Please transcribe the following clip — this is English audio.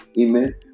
Amen